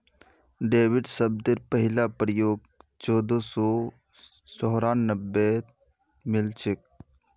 debit शब्देर पहला प्रयोग चोदह सौ चौरानवेत मिलछेक